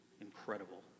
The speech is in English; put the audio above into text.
incredible